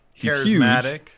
Charismatic